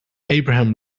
abraham